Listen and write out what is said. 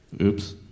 Oops